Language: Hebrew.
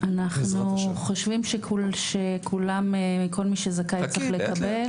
אנחנו חושבים שכל מי שזכאי צריך לקבל.